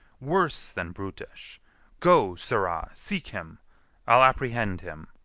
worse than brutish go, sirrah, seek him i'll apprehend him.